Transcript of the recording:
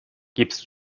gibst